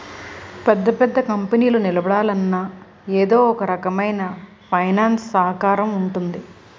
పెద్ద పెద్ద కంపెనీలు నిలబడాలన్నా ఎదో ఒకరకమైన ఫైనాన్స్ సహకారం ఉంటుంది